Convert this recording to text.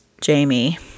Jamie